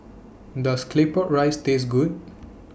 Does Claypot Rice Taste Good